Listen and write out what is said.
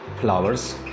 Flowers